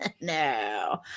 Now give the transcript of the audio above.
No